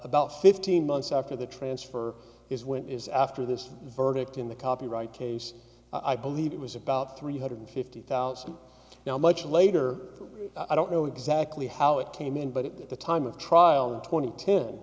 about fifteen months after the transfer is when it is after this verdict in the copyright case i believe it was about three hundred fifty thousand now much later i don't know exactly how it came in but at the time of trial twenty ten